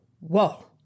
whoa